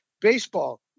baseball